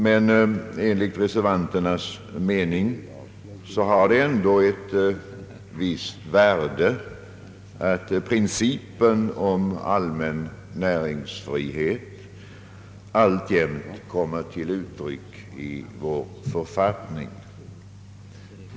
Men enligt reservanternas mening har det ändå ett visst värde att principen om allmän näringsfrihet alltjämt kommer till uttryck i vår författning.